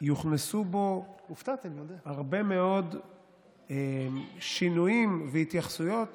שיוכנסו בו הרבה מאוד שינויים והתייחסויות